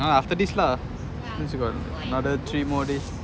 after this since you got another three more days